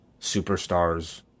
superstars